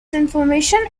information